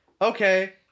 okay